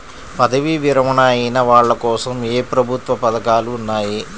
పదవీ విరమణ అయిన వాళ్లకోసం ఏ ప్రభుత్వ పథకాలు ఉన్నాయి?